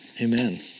amen